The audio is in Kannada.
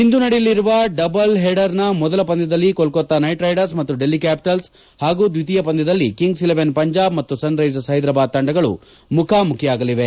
ಇಂದು ನಡೆಯಲಿರುವ ಡಬಲ್ ಹೆಡರ್ ನ ಮೊದಲ ಪಂದ್ವದಲ್ಲಿ ಕೋಲ್ಕೊತಾ ನೈಟ್ ರೈಡರ್ಸ್ ಮತ್ತು ಡಲ್ಲಿ ಕ್ಯಾಪಿಟಲ್ಲ್ ಹಾಗೂ ದ್ವಿತೀಯ ಪಂದ್ಯದಲ್ಲಿ ಕಿಂಗ್ಸ್ ಇಲೆವೆನ್ ಪಂಜಾಬ್ ಮತ್ತು ಸನ್ ರೈಸರ್ಸ್ ಹೈದರಾಬಾದ್ ತಂಡಗಳು ಮುಖಾಮುಖಿಯಾಗಲಿವೆ